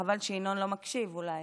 חבל שינון לא מקשיב, אולי